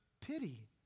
pity